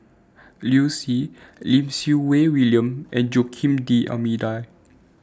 Liu Si Lim Siew Wai William and Joaquim D'almeida